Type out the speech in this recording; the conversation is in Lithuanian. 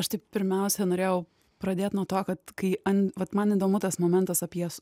aš tai pirmiausia norėjau pradėti nuo to kad kai an vat man įdomu tas momentas apie